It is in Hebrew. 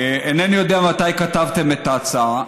אינני יודע מתי כתבתם את ההצעה,